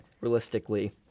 realistically